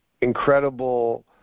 incredible